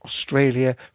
Australia